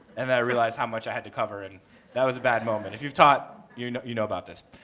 and then i realized how much i had to cover. and that was a bad moment. if you've taught, you know you know about this.